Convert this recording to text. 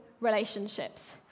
relationships